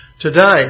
today